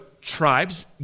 tribes